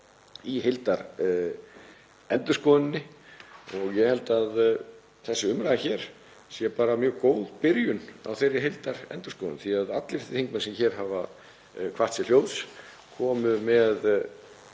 í heildarendurskoðuninni. Ég held að þessi umræða hér sé bara mjög góð byrjun á þeirri heildarendurskoðun því að allir þingmenn sem hér kvöddu sér hljóðs komu með